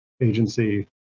Agency